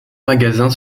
magasins